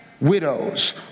widows